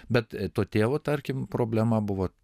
bet to tėvo tarkim problema buvo